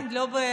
מה זאת אומרת?